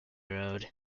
road